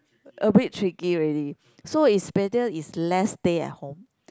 a bit tricky already so is better is less stay at home